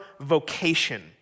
vocation